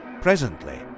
presently